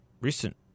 recent